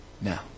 Now